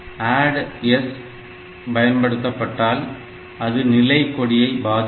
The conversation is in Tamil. ADD S பயன்படுத்தப்பட்டால் அது நிலை கொடியை பாதிக்கும்